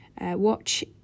watch